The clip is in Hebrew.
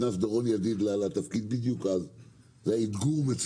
בדיוק אז נכנס דורון ידיד לתפקיד,